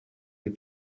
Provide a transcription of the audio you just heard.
you